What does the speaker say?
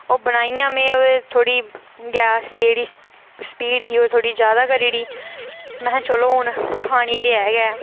ओह् में बनाइयां ते गैस थोह्ड़ी स्पीड ही ओह् जादा करी ओड़ी महां चलो हून खानी ते ऐ गै